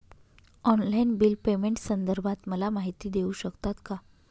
Online bill पेमेंटसंदर्भात मला माहिती देऊ शकतात का?